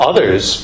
Others